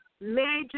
major